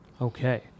Okay